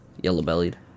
Yellow-bellied